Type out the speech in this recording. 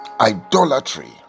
Idolatry